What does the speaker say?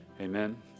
Amen